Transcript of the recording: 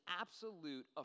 absolute